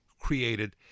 created